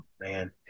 man